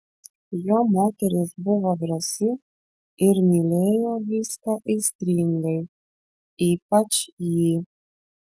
jo moteris buvo drąsi ir mylėjo viską aistringai ypač jį